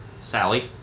Sally